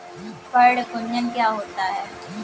पर्ण कुंचन क्या होता है?